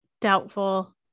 doubtful